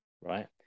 right